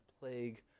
plague